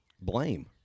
blame